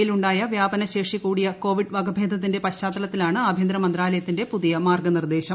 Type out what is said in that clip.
യിലുണ്ടായ വ്യാപനശേഷി കൂടിയ കോവിഡ് വകഭേദത്തിന്റെ പശ്ചാത്തലത്തിലാണ് ആഭ്യന്തര മന്ത്രാലയത്തിന്റെ പുതിയ മാർഗ്ഗനിർദ്ദേശം